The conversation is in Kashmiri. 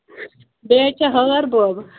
بیٚیہِ حظ چھِ ہار بوبہٕ